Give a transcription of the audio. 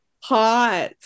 Hot